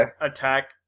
attack